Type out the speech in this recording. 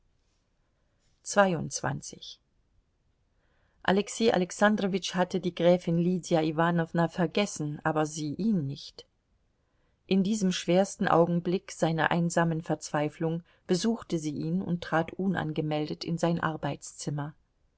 alexei alexandrowitsch hatte die gräfin lydia iwanowna vergessen aber sie ihn nicht in diesem schwersten augenblick seiner einsamen verzweiflung besuchte sie ihn und trat unangemeldet in sein arbeitszimmer